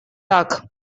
так